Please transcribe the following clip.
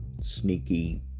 sneaky